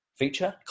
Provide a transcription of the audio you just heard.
feature